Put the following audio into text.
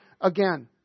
again